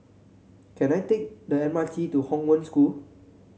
can I take the M R T to Hong Wen School